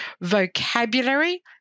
vocabulary